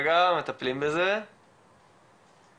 זה לגבי חומרים